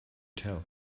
tell